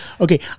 okay